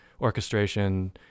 orchestration